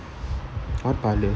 ah Balu